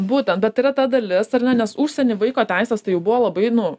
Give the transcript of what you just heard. būtent bet yra ta dalis ar ne nes užsieny vaiko teisės tai buvo labai nu